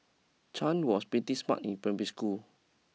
Chan was pretty smart in primary school